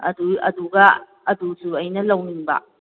ꯑꯗꯨꯏ ꯑꯗꯨꯒ ꯑꯗꯨꯁꯨ ꯑꯩꯅ ꯂꯧꯅꯤꯡꯕ